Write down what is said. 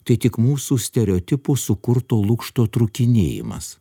tai tik mūsų stereotipų sukurto lukšto trūkinėjimas